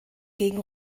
gegen